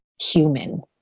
human